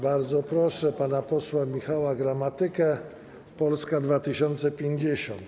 Bardzo proszę pana posła Michała Gramatykę, Polska 2050.